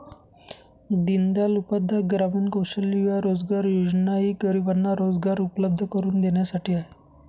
दीनदयाल उपाध्याय ग्रामीण कौशल्य युवा रोजगार योजना ही गरिबांना रोजगार उपलब्ध करून देण्यासाठी आहे